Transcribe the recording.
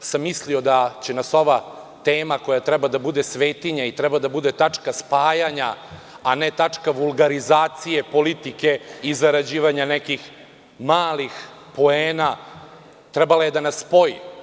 sam mislio da će nas ova tema, koja treba da bude svetinja, i treba da bude tačka spajanja, a ne tačka vulgarizacije politike, i zarađivanja nekih malih poena, trebala je da nas spoji.